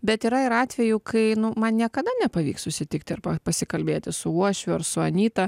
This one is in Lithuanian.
bet yra ir atvejų kai nu man niekada nepavyks susitikti arba pasikalbėti su uošviu ar su anyta